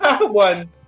One